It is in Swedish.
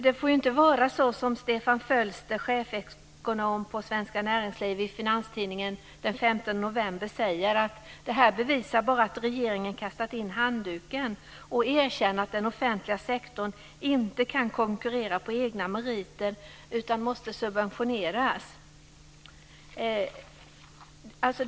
Det får ju inte vara så som Stefan Fölster, chefekonom vid 15 november säger: "Det här bevisar bara att regeringen kastat in handduken och erkänner att den offentliga sektorn inte kan konkurrera på egna meriter, utan måste subventioneras."